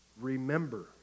remember